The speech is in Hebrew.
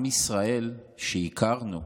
עם ישראל שהכרנו,